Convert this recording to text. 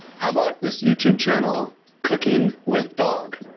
how about this youtube channel cooking with dog.